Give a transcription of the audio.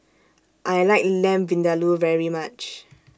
I like Lamb Vindaloo very much